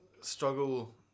struggle